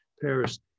Paris